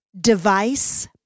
device